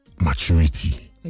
maturity